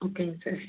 okay miss